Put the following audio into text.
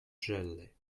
jelly